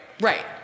right